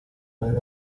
wari